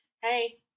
Hey